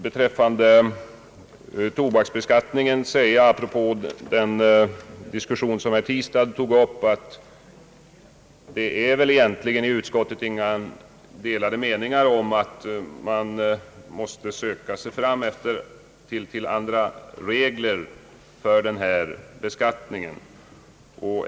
Beträffande tobaksbeskattningen vill jag apropå den diskussion som herr Tistad tog upp säga, att det väl i utskottet egentligen inte rådde några delade meningar om att man måste söka sig fram till andra regler för denna beskattning.